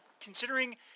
considering